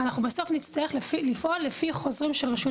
ובסוף אנחנו נצטרך לפעול לפי חוזרים של רשות